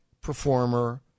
performer